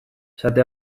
esate